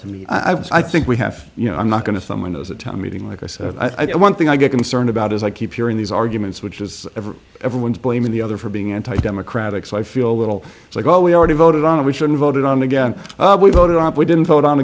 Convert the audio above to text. to me i was i think we have you know i'm not going to someone who has a town meeting like i said i think one thing i get concerned about is i keep hearing these arguments which is everyone's blaming the other for being anti democratic so i feel a little like well we already voted on it we shouldn't voted on again we voted up we didn't vote on